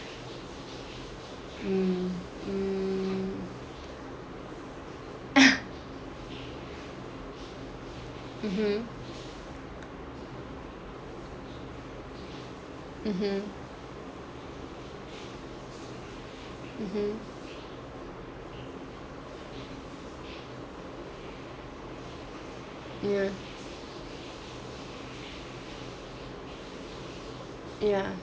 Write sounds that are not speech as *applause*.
mm mm *laughs* mmhmm mmhmm mmhmm yeah yeah